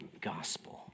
gospel